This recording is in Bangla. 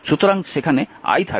সুতরাং সেখানে i থাকবে